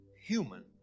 human